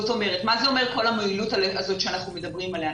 מה זה אומר כל המועילות הזאת שאנחנו מדברים עליה?